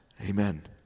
amen